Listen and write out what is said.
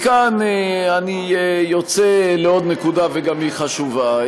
מכאן אני רוצה לעבורא עוד נקודה, וגם היא חשובה.